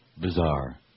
bizarre